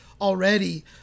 already